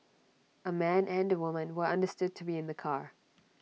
A man and A woman were understood to be in the car